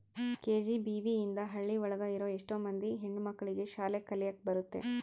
KGBV ಇಂದ ಹಳ್ಳಿ ಒಳಗ ಇರೋ ಎಷ್ಟೋ ಮಂದಿ ಹೆಣ್ಣು ಮಕ್ಳಿಗೆ ಶಾಲೆ ಕಲಿಯಕ್ ಬರುತ್ತೆ